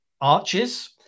Arches